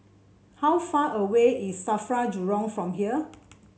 how far away is Safra Jurong from here